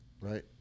right